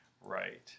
Right